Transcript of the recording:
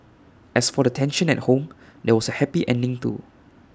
as for the tension at home there was A happy ending too